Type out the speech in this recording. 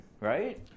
right